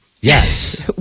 Yes